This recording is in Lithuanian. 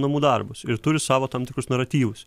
namų darbus ir turi savo tam tikrus naratyvus